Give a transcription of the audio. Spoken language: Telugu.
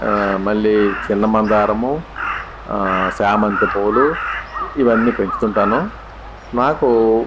మళ్ళీ చిన్న మందారము చామంతి పూలు ఇవన్నీ పెంచుతుంటాను నాకు